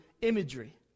imagery